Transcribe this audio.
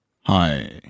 Hi